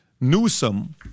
Newsom